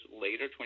later